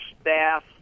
staff